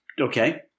Okay